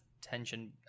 tension